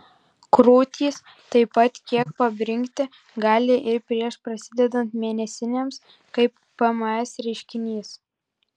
krūtys taip pat kiek pabrinkti gali ir prieš prasidedant mėnesinėms kaip pms reiškinys